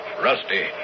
Rusty